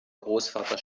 großvater